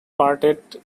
parted